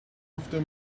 after